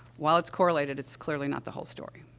while it's correlated, it's clearly not the whole story.